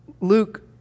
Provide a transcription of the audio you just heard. Luke